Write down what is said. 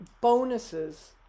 bonuses